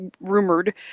rumored